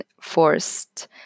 forced